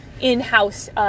in-house